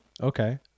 Okay